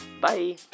Bye